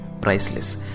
priceless